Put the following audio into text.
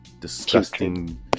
disgusting